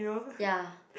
ya